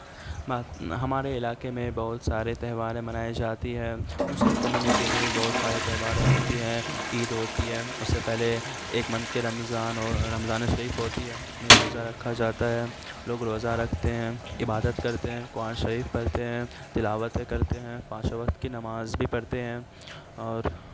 ہمارے علاقے میں بہت سارے تہوار منائی جاتی ہیں مسلم کمیونٹی میں بھی بہت سارے تہوار ہوتی ہیں عید ہوتی ہے اس سے پہلے ایک منتھ کے رمضان رمضان شریف ہوتی ہے اس میں روزہ رکھا جاتا ہے لوگ روزہ رکھتے ہیں عبادت کرتے ہیں قرآن شریف پڑھتے ہیں تلاوت کرتے ہیں پانچوں وقت کی نماز بھی پڑھتے ہیں اور